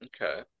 Okay